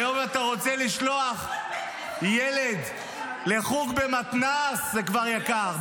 היום אתה רוצה לשלוח ילד לחוג במתנ"ס, זה כבר יקר.